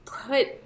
put